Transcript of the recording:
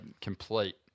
complete